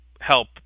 help